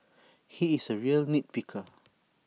he is A real nit picker